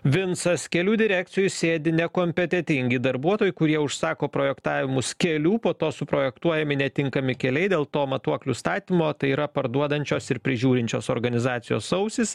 vincas kelių direkcijoj sėdi nekompetentingi darbuotojai kurie užsako projektavimus kelių po to suprojektuojami netinkami keliai dėl to matuoklių statymo tai yra parduodančios ir prižiūrinčios organizacijos ausys